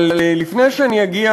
אבל לפני שאני אגיע